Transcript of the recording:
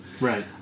Right